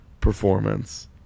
performance